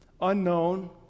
unknown